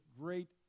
great